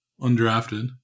Undrafted